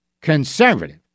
conservative